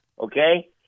Okay